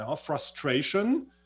frustration